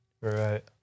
Right